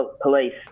Police